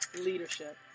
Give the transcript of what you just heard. leadership